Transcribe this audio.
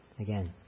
again